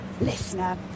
listener